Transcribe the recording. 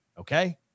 Okay